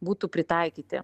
būtų pritaikyti